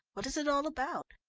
what is it all about?